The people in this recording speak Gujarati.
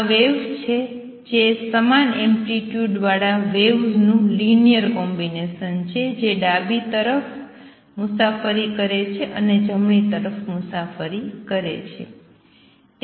આ વેવ્સ છે જે સમાન એમ્પ્લિટ્યુડ વાળા વેવ્સનું લીનયર કોમ્બિનેસન છે જે ડાબી તરફ મુસાફરી કરે છે અને જમણી તરફ મુસાફરી કરે છે